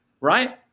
right